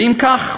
ואם כך,